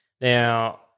Now